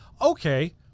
Okay